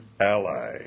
ally